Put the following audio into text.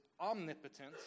omnipotent